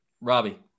Robbie